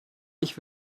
ich